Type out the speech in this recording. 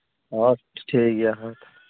ᱟᱪᱪᱷᱟ ᱴᱷᱤᱠᱜᱮᱭᱟ ᱦᱮᱸ